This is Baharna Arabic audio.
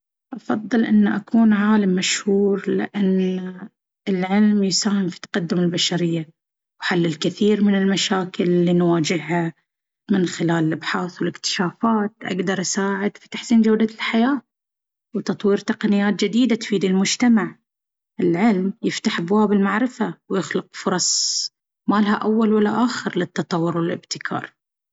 أفضل أن أكون عالمًا مشهورًا. لأن العلم يساهم في تقدم البشرية وحل الكثير من المشاكل اللي نواجهها. من خلال الأبحاث والاكتشافات، أقدر أساعد في تحسين جودة الحياة وتطوير تقنيات جديدة تفيد المجتمع. العلم يفتح أبواب المعرفة ويخلق فرص مالها أول ولاآخر للتطور والابتكار.